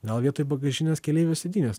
gal vietoj bagažinės keleivio sėdynės